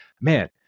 man